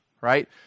right